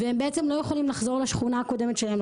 והם בעצם לא יכולים לחזור לשכונה הקודמת שלהם.